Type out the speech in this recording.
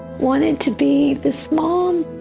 wanted to be this mom